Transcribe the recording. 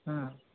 ହଁ